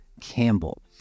Campbell